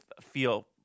feel